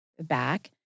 back